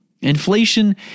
Inflation